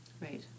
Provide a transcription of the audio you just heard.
Right